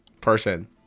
Person